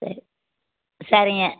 சரி சரிங்க